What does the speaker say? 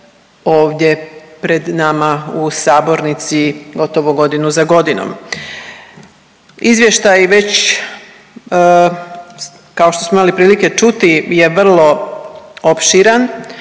ovdje pred nama u sabornici gotovo godinu za godinom. Izvještaj već kao što smo imali prilike čuti je vrlo opširan,